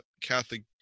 Catholic